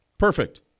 perfect